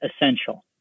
essential